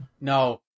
no